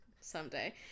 someday